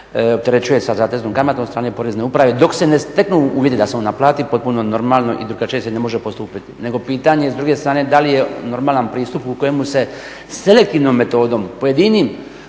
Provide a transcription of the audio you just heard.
sa zateznom kamatom od strane Porezne uprave, dok se ne steknu uvjeti da se on naplati, potpuno normalno i drugačije se ne može postupiti. Nego pitanje je s druge strane da li je normalan pristup u kojemu se selektivnom metodom pojedinim